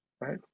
right